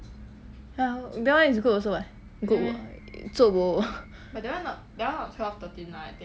ya that [one] is good also [what] good work zuo bo